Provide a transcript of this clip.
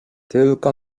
tylko